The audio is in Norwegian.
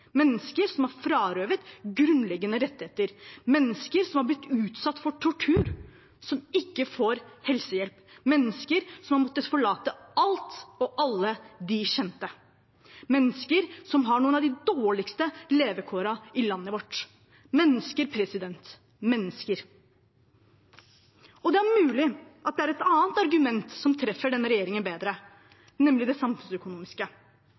mennesker som er frarøvet grunnleggende rettigheter, mennesker som har blitt utsatt for tortur, som ikke får helsehjelp, mennesker som har måttet forlate alt og alle de kjente, mennesker som har noen av de dårligste levekårene i landet vårt – mennesker, president, mennesker! Det er mulig at det er et annet argument som treffer denne regjeringen bedre, nemlig det samfunnsøkonomiske.